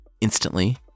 Instantly